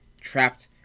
trapped